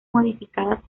modificadas